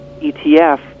etf